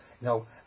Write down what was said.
Now